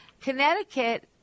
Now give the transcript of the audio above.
Connecticut